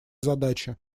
задачи